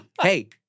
hey